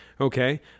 Okay